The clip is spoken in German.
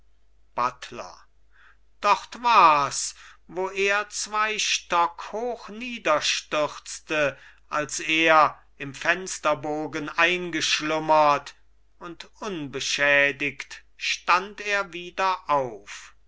buttler dort wars wo er zwei stock hoch niederstürzte als er im fensterbogen eingeschlummert und unbeschädigt stand er wieder auf